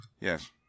Yes